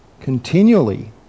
continually